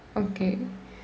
okay